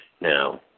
Now